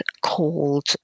called